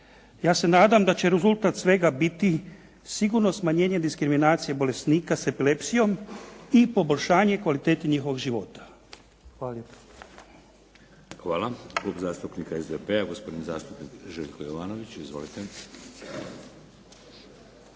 Ja se nadam da će rezultat svega biti sigurno smanjenje diskriminacije bolesnika sa epilepsijom i poboljšanje i kvaliteti njihovog života. Hvala